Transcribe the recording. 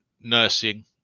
nursing